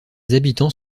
habitants